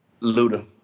Luda